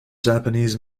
japanese